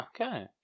Okay